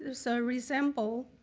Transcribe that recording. um so resembles,